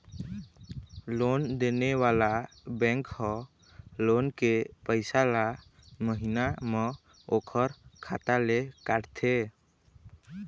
loan देने वाला bank ह लोन के पइसा ल महिना म ओखर खाता ले काटथे